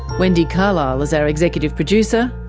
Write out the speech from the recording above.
wendy carlisle is our executive producer,